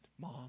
mom